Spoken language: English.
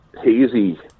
hazy